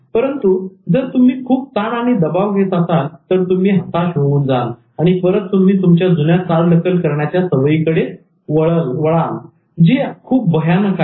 परंतु जर तुम्ही खूप ताण आणि दबाव घेत असाल तर तुम्ही हाताश होऊन जाल आणि परत तुम्ही तुमच्या जुन्या चालढकल करण्याच्या सवयी कडे जाल जी खूप भयानक आहे